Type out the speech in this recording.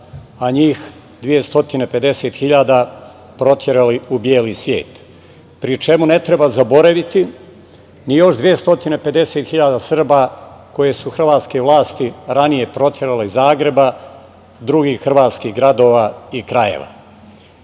a njih 250.000 proterali u beli svet, pri čemu ne treba zaboraviti ni još 250.000 Srba koje su hrvatske vlasti ranije proterale iz Zagreba, drugih hrvatskih gradova i krajeva. Pre